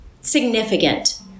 significant